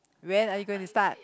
when are you going to start